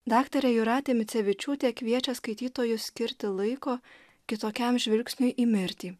daktarė jūratė micevičiūtė kviečia skaitytojus skirti laiko kitokiam žvilgsniui į mirtį